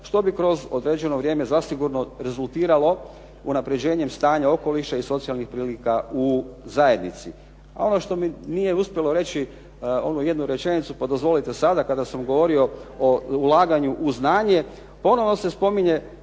što bi kroz određeno vrijeme zasigurno rezultiralo unapređenjem stanja okoliša i socijalnih prilika u zajednici. A ono što mi nije uspjelo reći, onu jednu rečenicu pa dozvolite sada, kada sam govorio o ulaganju u znanje, ponovo se spominje